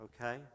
okay